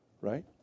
right